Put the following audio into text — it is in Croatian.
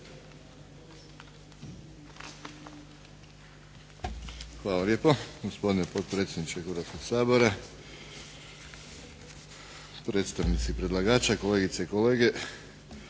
Hvala lijepo gospodine potpredsjedniče Hrvatskog sabora, predstavnici predlagača, kolegice i kolege.